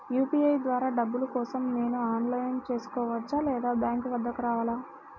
UPI ద్వారా డబ్బులు కోసం నేను ఆన్లైన్లో చేసుకోవచ్చా? లేదా బ్యాంక్ వద్దకు రావాలా?